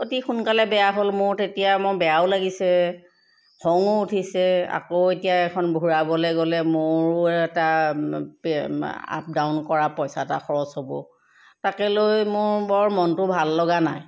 অতি সোনকালে বেয়া হ'ল মোৰ তেতিয়া বেয়াও লাগিছে খঙো উঠিছে আকৌ এতিয়া এখন ঘূৰাবলৈ গ'লে মোৰো এটা আপ ডাউন কৰা পইচা এটা খৰচ হ'ব তাকে লৈ মোৰ বৰ মনটো ভাল লগা নাই